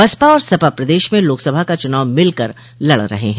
बसपा और सपा प्रदेश में लोकसभा का चुनाव मिलकर लड़ रहे हैं